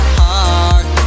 heart